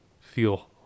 feel